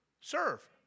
Serve